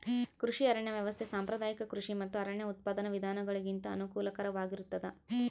ಕೃಷಿ ಅರಣ್ಯ ವ್ಯವಸ್ಥೆ ಸಾಂಪ್ರದಾಯಿಕ ಕೃಷಿ ಮತ್ತು ಅರಣ್ಯ ಉತ್ಪಾದನಾ ವಿಧಾನಗುಳಿಗಿಂತ ಅನುಕೂಲಕರವಾಗಿರುತ್ತದ